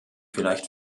vielleicht